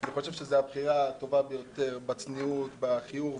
אני חושב שזו הבחירה הטובה ביותר, בצניעות, בחיוב.